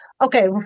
Okay